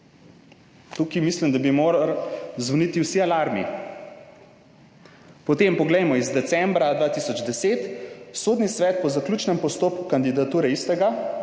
Tukaj mislim, da bi morali zvoniti vsi alarmi. Potem poglejmo december 2010, Sodni svet po zaključnem postopku kandidature istega